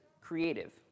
creative